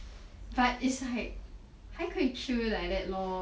but it's like 还可以吃 like that lor